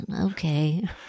okay